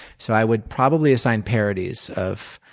so i would probably assign parodies of